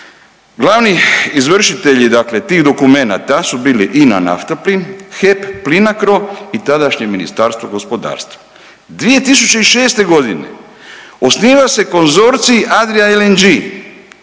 Glavni izvršitelji dakle tih dokumenata su bili INA Naftaplin, HEP, Plinacro i tadašnje Ministarstvo gospodarstva. 2006. godine osniva se konzorcij Adria LNG,